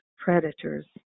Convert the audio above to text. Predators